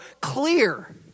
clear